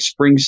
springsteen